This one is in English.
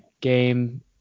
game